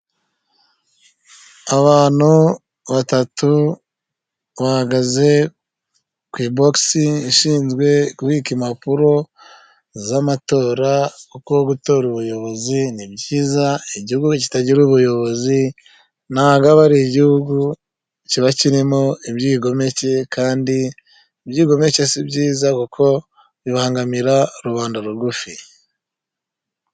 Abantu batatu bahagaze ku ibogisi ishinzwe kubika impapuro z'amatora, kuko gutora ubuyobozi ni byiza igihugu kitagira ubuyobozi ntabwo aba ari igihugu, kiba kirimo ibyigomeke kandi ibyigomeke si byiza kuko bibangamira rubanda rugufi.